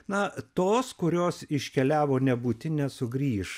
na tos kurios iškeliavo nebūtin nesugrįš